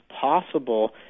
possible